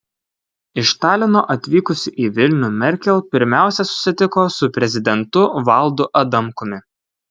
iš talino atvykusi į vilnių merkel pirmiausia susitiko su prezidentu valdu adamkumi